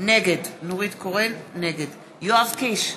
נגד יואב קיש,